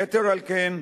יתר על כן,